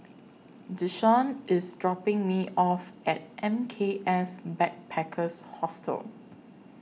Deshaun IS dropping Me off At M K S Backpackers Hostel